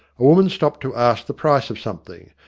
a woman stopped to ask the price of something,